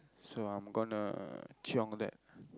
so I'm gonna chiong that